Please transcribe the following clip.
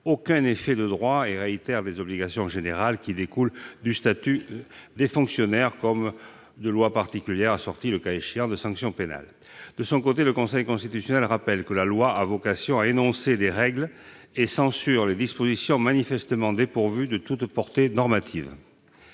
aucun effet en droit et réitèrent des obligations générales qui découlent du statut des fonctionnaires comme de lois particulières assorties, le cas échéant, de sanctions pénales. De son côté, le Conseil constitutionnel rappelle que la loi a vocation à énoncer des règles et censure les dispositions manifestement dépourvues de toute portée normative.